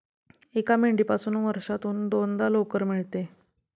एका मेंढीपासून वर्षातून दोनदा लोकर मिळते